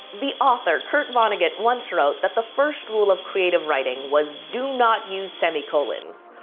the author kurt vonnegut once wrote. that the first rule of creative writing was do not use semi-colons.